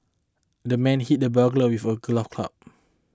the man hit the burglar with a club